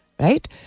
Right